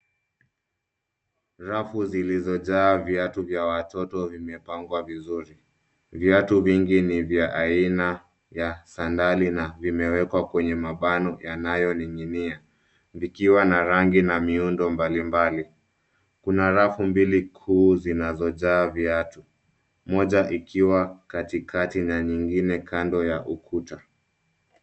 Rafu zilizojaa viatu vya watoto vimepangwa vizuri. Viatu vingi ni vya aina ya sandali na vimewekwa kwenye mabano yanayoning'inia vikiwa na rangi na miundo mbalimbali. Kuna rafu mbili kuu zinazojaa viatu, moja ikiwa katikati na nyingine kando ya ukuta.